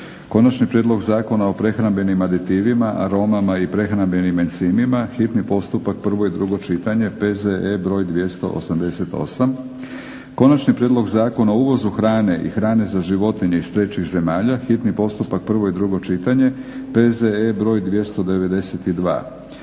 Konačni prijedlog Zakona o prehrambenim aditivima, aromama i prehrambenim enzimima, hitni postupak, prvo i drugo čitanje, P.Z.E. br. 288, - Konačni prijedlog Zakona o uvozu hrane i hrane za životinje iz trećih zemalja, hitni postupak, prvo i drugo čitanje, P.Z.E. br. 292,